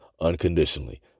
unconditionally